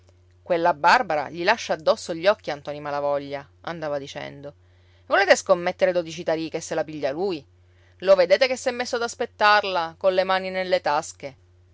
quella barbara gli lascia addosso gli occhi a ntoni malavoglia andava dicendo volete scommettere dodici tarì che se la piglia lui lo vedete che s'è messo ad aspettarla colle mani nelle tasche